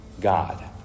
God